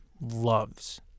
loves